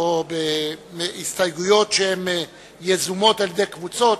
או בהסתייגויות שהן יזומות על-ידי קבוצות,